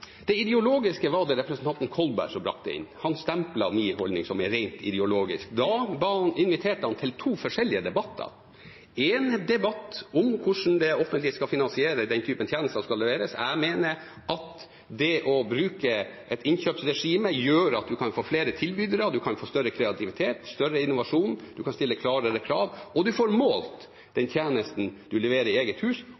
Det ideologiske var det representanten Kolberg som brakte inn, han stemplet min holdning som rent ideologisk. Da inviterte han til to forskjellige debatter, én debatt om hvordan det offentlige skal finansiere den typen tjenester som skal leveres. Jeg mener at det å bruke et innkjøpsregime gjør at man får flere tilbydere. Man kan få større kreativitet og mer innovasjon, man kan stille hardere krav, og man får målt den